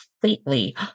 completely